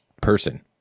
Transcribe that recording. person